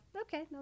Okay